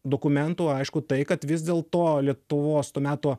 dokumentų aišku tai kad vis dėl to lietuvos to meto